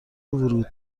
ورود